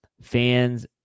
fans